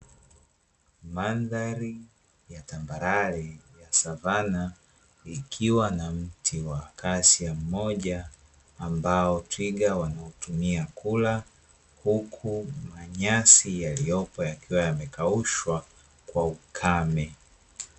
Mandhari ya tambarare ya savana, ikiwa na mti wa akasia mmoja ambao twiga wanautumia kula, huku nyasi yaliyopo yakiwa yamekaushwa kwa ukame.